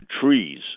trees